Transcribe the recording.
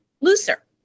looser